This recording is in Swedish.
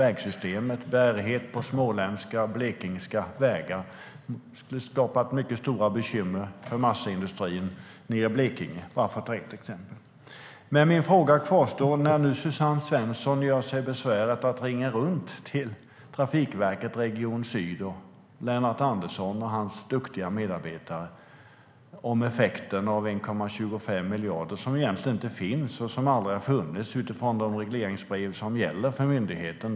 Det skulle få bärighet på småländska och blekingska vägar och skapa stora bekymmer för massaindustrin i Blekinge, för att ta ett exempel. Suzanne Svensson gjorde sig besväret att ringa till Trafikverket Region Syd och Lennart Andersson med duktiga medarbetare och fråga om effekten av 1,25 miljarder, som egentligen inte finns och aldrig har funnits i de regleringsbrev som gäller för myndigheten.